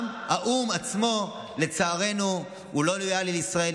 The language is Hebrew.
גם האו"ם עצמו, לצערנו, הוא לא לויאלי לישראל.